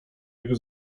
jego